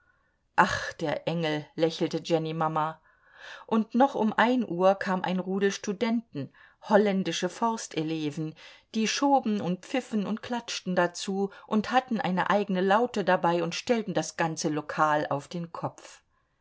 ach der engel lächelte jennymama und noch um ein uhr kam ein rudel studenten holländische forsteleven die schoben und pfiffen und klatschten dazu und hatten eine eigene laute dabei und stellten das ganze lokal auf den kopf